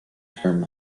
term